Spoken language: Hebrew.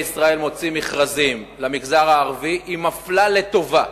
ישראל מוציא מכרזים למגזר הערבי היא מפלה לטובה.